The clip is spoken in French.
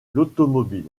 l’automobile